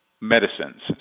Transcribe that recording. medicines